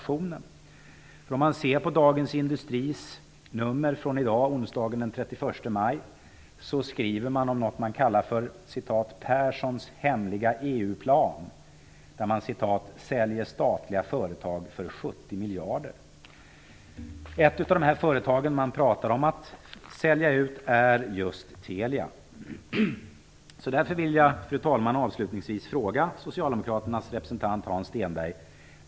I Dagens Industri från i dag, onsdagen den 31 maj, talas det om Perssons hemliga EU-plan, där man säljer statliga företag för 70 miljarder. Ett av de företag man pratar om att sälja ut är just Telia. Fru talman! Avslutningsvis vill jag därför fråga socialdemokraternas representant Hans Stenberg följande.